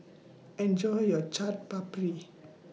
Enjoy your Chaat Papri